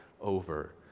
over